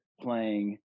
playing